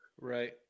Right